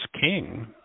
king